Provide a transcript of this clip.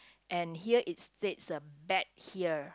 and here it states uh bet here